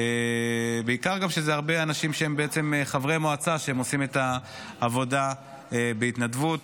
בעיקר שהרבה אנשים הם חברי מועצה ועושים את העבודה בהתנדבות.